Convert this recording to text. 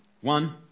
One